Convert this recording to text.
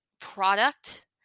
product